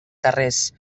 carrers